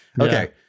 Okay